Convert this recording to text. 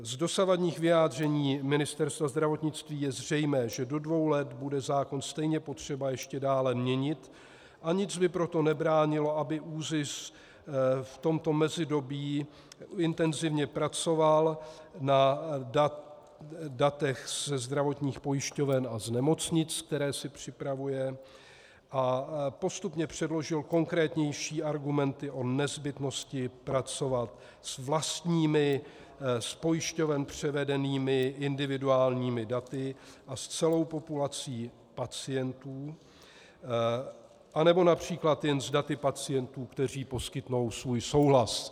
Z dosavadních vyjádření Ministerstva zdravotnictví je zřejmé, že do dvou let bude zákon stejně potřeba ještě dále měnit, a nic by proto nebránilo, aby ÚZIS v tomto mezidobí intenzivně pracoval na datech ze zdravotních pojišťoven a z nemocnic, která si připravuje, a postupně předložil konkrétnější argumenty o nezbytnosti pracovat s vlastními, z pojišťoven převedenými individuálními daty a s celou populací pacientů, anebo např. jen s daty pacientů, kteří poskytnou svůj souhlas.